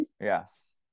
Yes